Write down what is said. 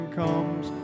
comes